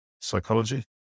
psychology